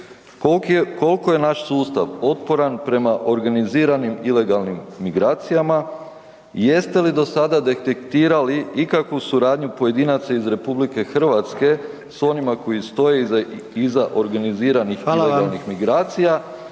koliko je naš sustav otporan prema organiziranim ilegalnim migracijama? Jeste li do sada detektirali ikakvu suradnju pojedinaca iz RH s onima koji stoje iza organiziranih .../Govornik